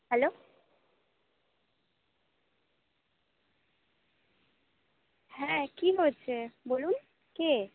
hello হ্যাঁ কি হয়েছে বলুন কে